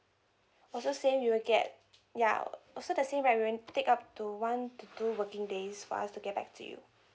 also same you will get ya also the same right we will take up to one to two working days for us to get back to you